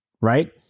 right